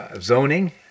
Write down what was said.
zoning